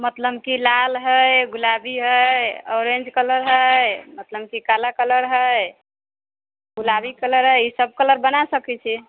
मतलब कि लाल हइ गुलाबी हइ ऑरेंज कलर हइ मतलब कि काला कलर हइ गुलाबी कलर हइ ईसभ कलर बना सकैत छियै